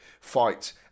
fight